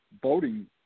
voting